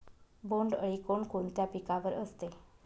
बोंडअळी कोणकोणत्या पिकावर असते?